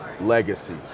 legacy